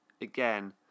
again